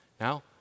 Now